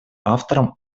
автором